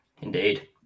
Indeed